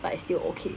but it's still okay